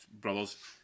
brothers